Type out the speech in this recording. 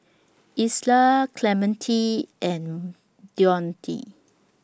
Isla Clemente and Dionte